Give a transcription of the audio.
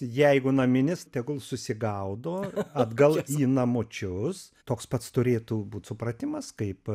jeigu naminis tegul susigaudo atgal į namučius toks pats turėtų būti supratimas kaip